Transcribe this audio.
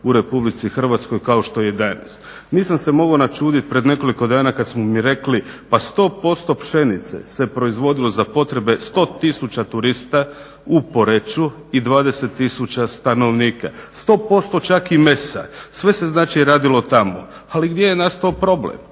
u Republici Hrvatskoj kao što je i danas. Nisam se mogao načuditi pred nekoliko dana kad su mi rekli pa 100% pšenice se proizvodilo za potrebe 100000 turista u Poreču i 20000 stanovnika. 100% čak i mesa. Sve se znači radilo tamo. Ali gdje je nastao problem?